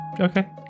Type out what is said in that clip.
okay